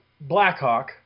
Blackhawk